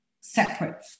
separate